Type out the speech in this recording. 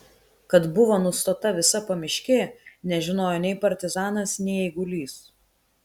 kad buvo nustota visa pamiškė nežinojo nei partizanas nei eigulys